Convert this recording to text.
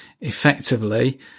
effectively